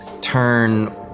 turn